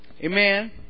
amen